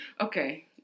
Okay